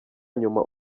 nyuma